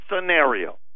scenario